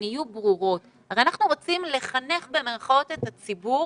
הם שרועים ברחובות ואין לנו מה לעשות איתם.